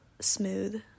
smooth